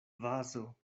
vazo